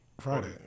Friday